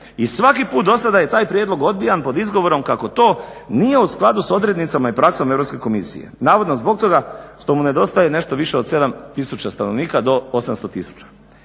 i svaki put do sada je taj prijedlog odbijan pod izgovorom kako to nije u skladu sa odrednicama i praksom Europske komisije navodno zbog toga što mu nedostaje nešto više od 7000 stanovnika do 800000.